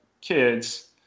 kids